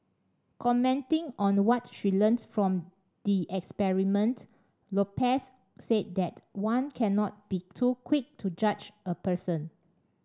commenting on what she learnt from the experiment Lopez said that one cannot be too quick to judge a person